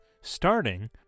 starting